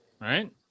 Right